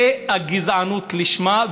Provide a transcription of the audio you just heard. זה גזענות לשמה,